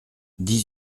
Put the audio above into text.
dix